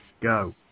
go